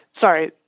sorry